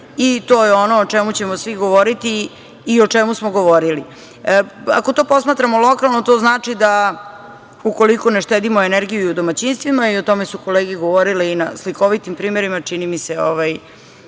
To je ono o čemu ćemo svi govoriti i o čemu smo govorili. Ako to posmatramo lokalno, to znači da, ukoliko ne štedimo energiju i u domaćinstvima, a o tome su kolege govorile i na slikovitim primerima, čini mi se,